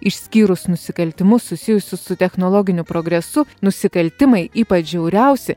išskyrus nusikaltimus susijusius su technologiniu progresu nusikaltimai ypač žiauriausi